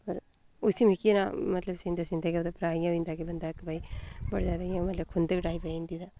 उस्सी मिकी न मतलब सींदे सींदे गै बंडा ट्राई होई जंदा बंदा इक भाई ओह्दे ते मतलब